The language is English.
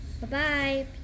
Bye-bye